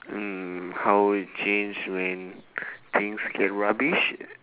mm how would it change when things get rubbish